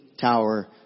Tower